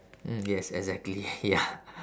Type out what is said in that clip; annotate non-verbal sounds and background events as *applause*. mm yes exactly ya *laughs*